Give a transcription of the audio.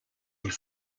and